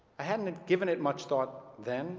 i hadn't given it much thought then